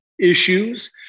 issues